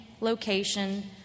location